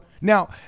now